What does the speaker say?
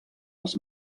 les